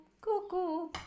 cuckoo